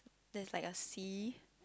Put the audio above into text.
there's like a sea